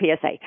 PSA